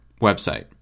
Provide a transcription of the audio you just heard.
website